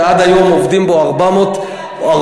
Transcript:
שעד היום עובדים בו 400 עובדים,